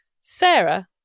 Sarah